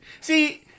See